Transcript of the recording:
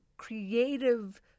Creative